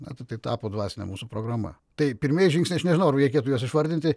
na tai tai tapo dvasine mūsų programa tai pirmieji žingsniai aš nežinau ar reikėtų juos išvardinti